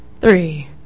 Three